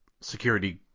security